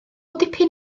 dipyn